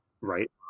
right